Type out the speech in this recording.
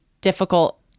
difficult